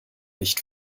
nicht